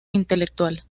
intelectual